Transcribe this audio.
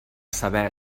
saber